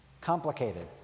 complicated